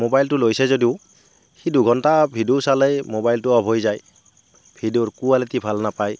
মোবাইটো লৈছে যদিও সি দুঘন্টা ভিডিঅ' চালে মোবাইটো অফ হৈ যায় ভিডিঅ'ৰ কোৱালিটি ভাল নাপায়